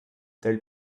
tel